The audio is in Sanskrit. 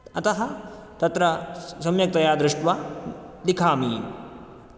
अतः तत्र सम्यक्तया दृष्ट्वा लिखामि